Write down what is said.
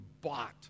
bought